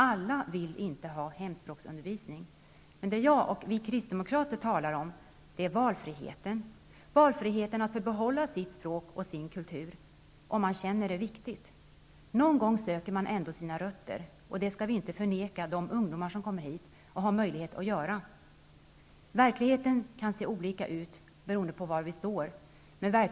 Alla vill inte ha hemspråksundervisning. Vad jag och vi kristdemokrater talar om är valfriheten och möjligheten att kunna välja att få behålla sitt språk och sin kultur, om man upplever det som viktigt. Någon gång söker man ändå sina rötter, och det skall vi inte förvägra de ungdomar som kommer hit och har möjlighet att göra det. Verkligheten kan se olika ut beroende av hur vi ser på den.